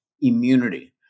Immunity